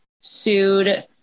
sued